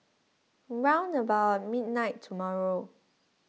round about midnight tomorrow